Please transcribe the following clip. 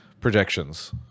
projections